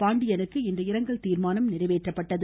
பாண்டியனுக்கு இன்று இரங்கல் தீர்மானம் நிறைவேற்றப்பட்டது